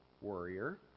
warrior